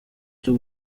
cyo